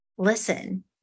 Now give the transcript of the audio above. listen